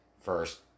first